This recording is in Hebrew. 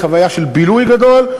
לחוויה של בילוי גדול,